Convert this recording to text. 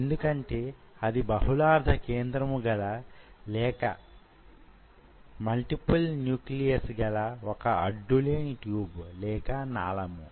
ఎందుకంటే అది బహుళార్థ కేంద్రము గల లేక మల్టిపుల్ న్యూక్లియస్ గల వొక అడ్డు లేని ట్యూబ్ లేక నాళము